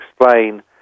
explain